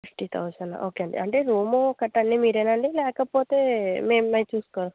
fifty thousand okay అండి అంటే room గట్రా అన్నీ మీరేనా అండి లేకపోతే మేమే చూసుకో